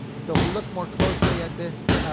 so if we look more closely at this,